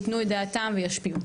ייתנו את דעתם וישפיעו.